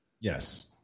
Yes